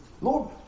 Lord